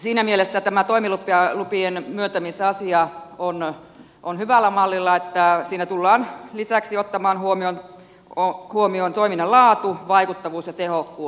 siinä mielessä tämä toimilupien myöntämisasia on hyvällä mallilla että siinä tullaan lisäksi ottamaan huomioon toiminnan laatu vaikuttavuus ja tehokkuus